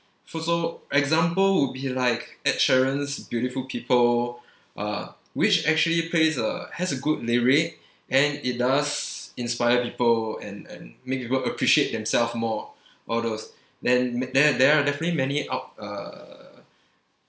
so so example would be like ed sheeran's beautiful people uh which actually plays uh has a good lyric and it does inspire people and and make people appreciate themselves more all those then ma~ there are definitely many out uh